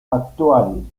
actual